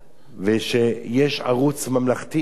ויש ערוץ ממלכתי אחד